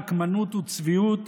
נקמנות וצביעות,